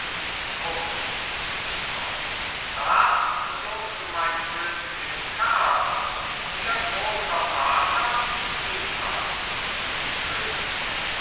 grossinquisitor rat bedurfte mein zögling karl ihr großer vater niemals könig